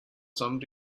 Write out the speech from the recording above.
some